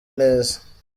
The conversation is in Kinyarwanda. neza